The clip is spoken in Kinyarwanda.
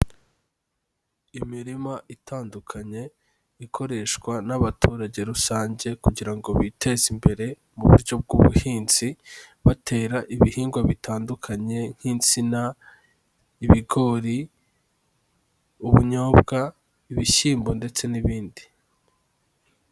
Imirima itandukanye ikoreshwa n'abaturage rusange kugira ngo biteze imbere mu buryo bw'ubuhinzi batera ibihingwa bitandukanye nk'insina, ibigori, ubunyobwa, ibishyimbo ndetse n'ibindi.